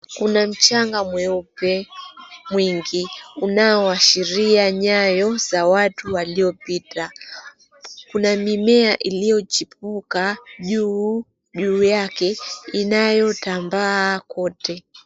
Kuna mchanga mweupe mwingi unaoashiria nyayo za watu waliopita kuna mimea iliyochipuka juu yake inayotambaa kote.